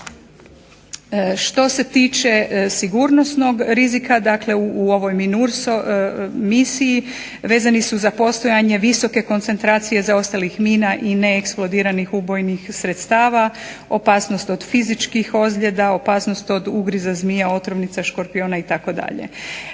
Što se tiče sigurnosnog rizika u ovoj misiji vezani su za postojanje visoke koncentracije zaostalih mina i neeksplodiranih ubojnih sredstava, opasnost od fizičkih ozljeda, opasnost od ugriza zmija otrovnica, škorpiona itd.